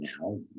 now